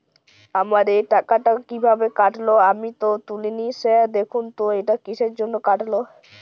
আমার এই টাকাটা কীভাবে কাটল আমি তো তুলিনি স্যার দেখুন তো এটা কিসের জন্য কাটল?